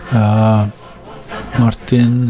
Martin